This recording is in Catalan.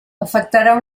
afectarà